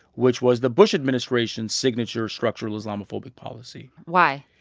which was the bush administration's signature structural islamophobic policy why?